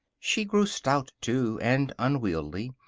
she grew stout, too, and unwieldy,